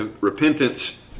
repentance